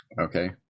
Okay